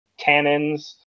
tannins